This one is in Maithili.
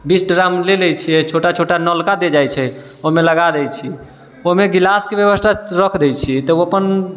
बीस टा ड्राम ले लै छियै छोटा छोटा नलका दे जाइ छै ओहिमे लगा दै छी ओहिमे गिलासके व्यवस्था रख दै छी तऽ उ अपन